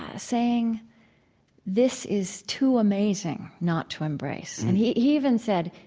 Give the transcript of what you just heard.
saying this is too amazing not to embrace. and he he even said,